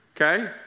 okay